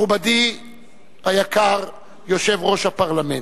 מכובדי היקר, יושב-ראש הפרלמנט,